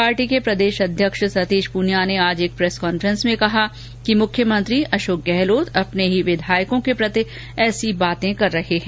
party के प्रदेश अध्यक्ष सतीश पूनिया ने आज एक प्रेस कांफेस में कहा कि मुख्यमंत्री अशोक गहलोत अपने ही विधायकों के प्रति ऐसी बातें कर रहे हैं